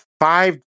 five